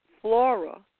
Flora